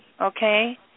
okay